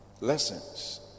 lessons